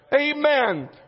Amen